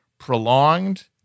prolonged